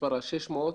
המספר 600,